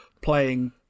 playing